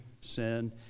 sin